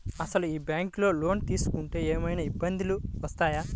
అసలు ఈ బ్యాంక్లో లోన్ తీసుకుంటే ఏమయినా ఇబ్బందులు వస్తాయా?